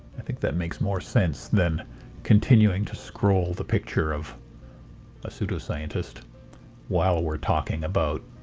i think that makes more sense than continuing to scroll the picture of a pseudo-scientist while we're talking about